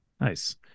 Nice